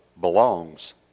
belongs